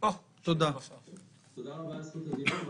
תודה רבה על זכות הדיבור.